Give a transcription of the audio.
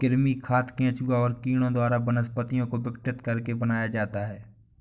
कृमि खाद केंचुआ और कीड़ों द्वारा वनस्पतियों को विघटित करके बनाया जाता है